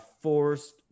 forced